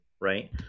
Right